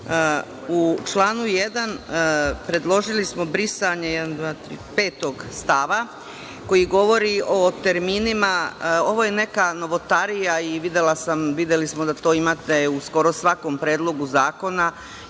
U članu 1. predložili smo brisanje 5. stava koji govori o terminima, ovo je neka novotarija i videli smo da to imate u skoro svakom Predlogu zakona.